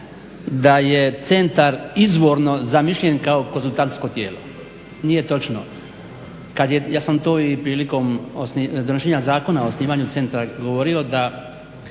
da je centar izvorno zamišljen kao konzultantsko tijelo. Nije točno. Ja sam to i prilikom donošenja zakona o osnivanju centra govorio da